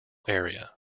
area